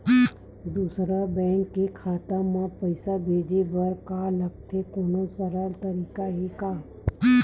दूसरा बैंक के खाता मा पईसा भेजे बर का लगथे कोनो सरल तरीका हे का?